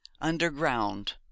underground